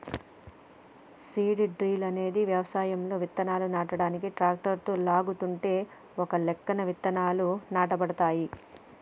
seed drill అనేది వ్యవసాయంలో విత్తనాలు నాటనీకి ట్రాక్టరుతో లాగుతుంటే ఒకలెక్కన విత్తనాలు నాటబడతాయి